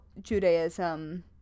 judaism